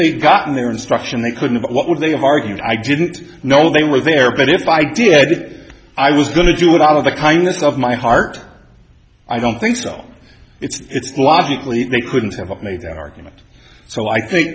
they'd gotten their instruction they couldn't what would they have argued i didn't know they were there but if i did it i was going to do it out of the kindness of my heart i don't think so it's logically they couldn't have made that argument so i think